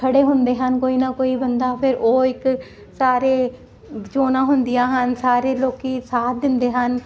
ਉਹ ਖੜੇ ਹੁੰਦੇ ਹਨ ਕੋਈ ਨਾ ਕੋਈ ਬੰਦਾ ਫਿਰ ਉਹ ਇੱਕ ਸਾਰੇ ਚੋਣਾਂ ਹੁੰਦੀਆਂ ਹਨ ਸਾਰੇ ਲੋਕੀ ਸਾਥ ਦਿੰਦੇ ਹਨ